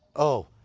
oh,